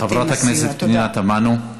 חברת הכנסת פנינה תמנו,